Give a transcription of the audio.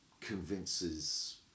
convinces